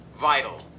vital